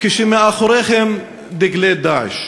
כשמאחוריכם דגלי "דאעש".